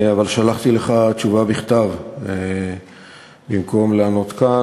אבל שלחתי לך תשובה בכתב במקום לענות כאן,